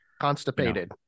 constipated